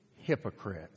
hypocrites